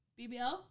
BBL